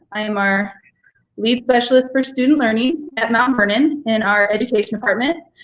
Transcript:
i am our lead specialist for student learning at mount vernon in our education department,